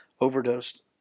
overdosed